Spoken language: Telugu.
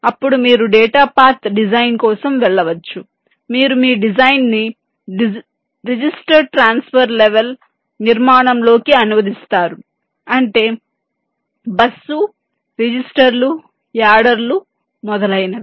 అప్పుడు మీరు డేటా పాత్ డిజైన్ కోసం వెళ్ళవచ్చు మీరు మీ డిజైన్ను రిజిస్టర్ ట్రాన్స్ఫర్ లెవెల్ నిర్మాణంలోకి అనువదిస్తారు అంటే బస్సు రిజిస్టర్లు యాడర్లు మొదలైనవి